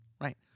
Right